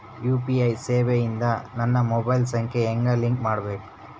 UPI ಸೇವೆ ಇಂದ ನನ್ನ ಮೊಬೈಲ್ ಸಂಖ್ಯೆ ಹೆಂಗ್ ಲಿಂಕ್ ಮಾಡಬೇಕು?